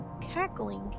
cackling